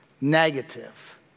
negative